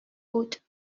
بود